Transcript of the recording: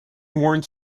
warned